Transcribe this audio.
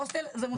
הוסטל זה מוסד.